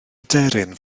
aderyn